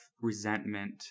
resentment